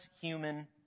human